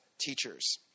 teachers